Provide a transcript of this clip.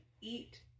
eat